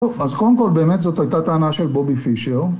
אז קודם כל באמת זאת הייתה טענה של בובי פישר